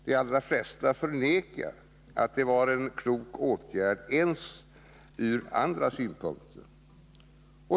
De allra flesta förnekar att det var en klok åtgärd ens ur andra synpunkter.